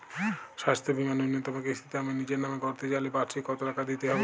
স্বাস্থ্য বীমার ন্যুনতম কিস্তিতে আমি নিজের নামে করতে চাইলে বার্ষিক কত টাকা দিতে হবে?